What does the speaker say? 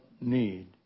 need